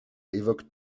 évoquent